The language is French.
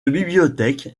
bibliothèque